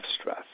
stress